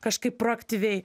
kažkaip proaktyviai